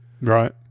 Right